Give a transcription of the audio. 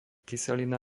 kyselina